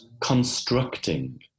constructing